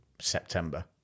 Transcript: September